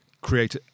create